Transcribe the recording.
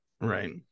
Right